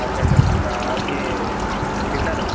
अच्छ छ छ छ छा एह् बिगिनर ओ